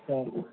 হ্যাঁ